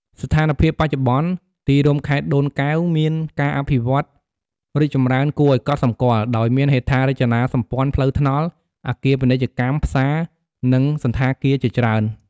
ស្ថានភាពបច្ចុប្បន្ន ទីរួមខេត្តដូនកែវមានការអភិវឌ្ឍរីកចម្រើនគួរឱ្យកត់សម្គាល់ ដោយមានហេដ្ឋារចនាសម្ព័ន្ធផ្លូវថ្នល់ អគារពាណិជ្ជកម្ម ផ្សារ និងសណ្ឋាគារជាច្រើន។